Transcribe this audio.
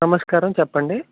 నమస్కారం చెప్పండి